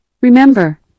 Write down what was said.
Remember